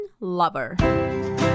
Lover